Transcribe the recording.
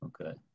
Okay